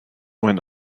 went